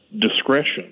discretion